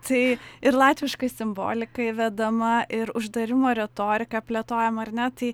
tai ir latviška simbolika įvedama ir uždariumo retorika plėtojama ar ne tai